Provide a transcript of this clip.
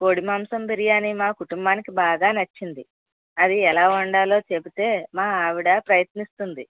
కోడిమాంసం బిర్యానీ మా కుటుంబానికి బాగా నచ్చింది అది ఎలా వండాలో చెప్తే మా ఆవిడ ప్రయత్నిస్తుంది